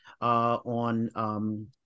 on